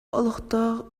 олохтоох